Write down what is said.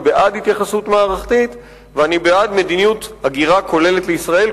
אני בעד התייחסות מערכתית ואני בעד מדיניות הגירה כוללת לישראל,